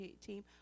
team